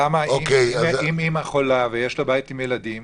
ומה אם האימא חולה ויש לה בית עם ילדים